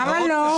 למה לא?